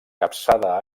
capçada